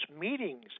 meetings